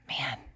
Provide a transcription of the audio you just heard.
man